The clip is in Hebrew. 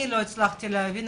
אני לא הצלחתי להבין,